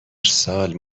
سال